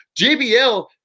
JBL